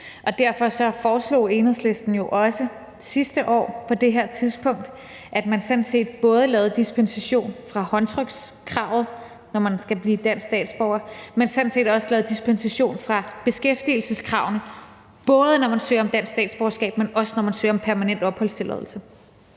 derfor foreslog Enhedslisten jo også sidste år på det her tidspunkt, at man sådan set både lavede dispensation fra håndtrykskravet, når man skal blive dansk statsborger, men sådan set også lavede dispensation fra beskæftigelseskravene, både når man søger om dansk statsborgerskab, men også når man søger om permanent opholdstilladelse.